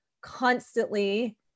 constantly